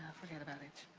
forget about it.